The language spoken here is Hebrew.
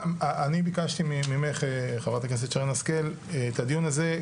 אני ביקשתי ממך חברת הכנסת שרן השכל את הדיון הזה,